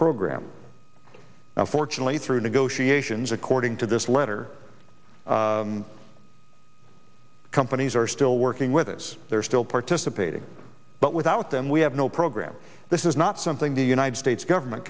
program unfortunately through negotiations according to this letter companies are still working with us they're still participating but without them we have no program this is not something the united states government